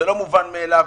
זה לא מובן מאליו.